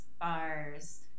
bars